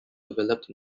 developed